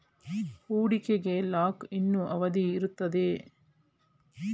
ಹೂಡಿಕೆಗೆ lock in ಅವಧಿ ಇರುತ್ತದೆಯೇ?